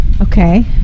Okay